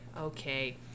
okay